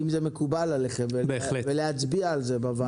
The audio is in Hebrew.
אם זה מקובל עליכם, ולהצביע על זה בוועדה.